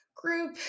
Group